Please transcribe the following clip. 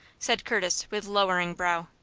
said curtis, with lowering brow.